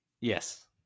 Yes